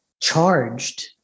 charged